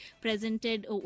presented